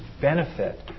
benefit